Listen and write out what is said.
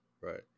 Right